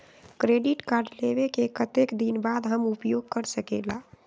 Credit card लेबे के कतेक दिन बाद हम उपयोग कर सकेला?